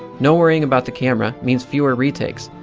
no worrying about the camera means fewer retakes.